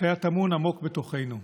שהיה טמון עמוק בתוכנו.